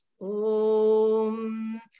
Om